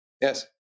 Yes